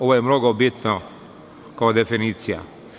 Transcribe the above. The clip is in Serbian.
Ovo je mnogo bitno, kao definicija.